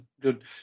Good